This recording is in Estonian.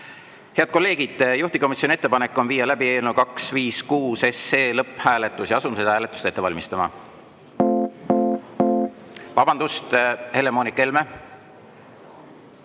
Head kolleegid, juhtivkomisjoni ettepanek on viia läbi eelnõu 256 lõpphääletus. Asume seda hääletust ette valmistama. Vabandust! Helle-Moonika Helme.